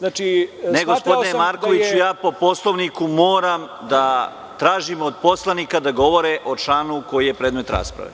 Ne, gospodine Markoviću, ja po Poslovniku moram da tražim od poslanika da govore o članu koji je predmet rasprave.